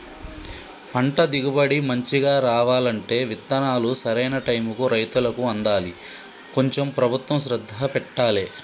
పంట దిగుబడి మంచిగా రావాలంటే విత్తనాలు సరైన టైముకు రైతులకు అందాలి కొంచెం ప్రభుత్వం శ్రద్ధ పెట్టాలె